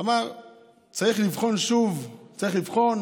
אמר שצריך לבחון שוב, צריך לבחון